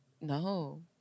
No